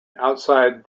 outside